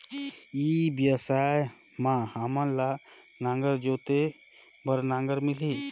ई व्यवसाय मां हामन ला नागर जोते बार नागर मिलही?